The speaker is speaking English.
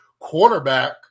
quarterback